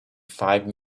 five